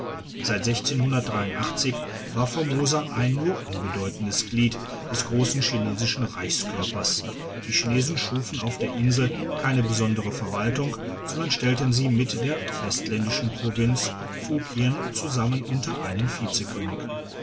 seit war formosa ein nur unbedeutendes glied des grossen chinesischen reichskörpers die chinesen schufen auf der insel keine besondere verwaltung sondern stellten sie mit der festländischen provinz fukien zusammen unter einen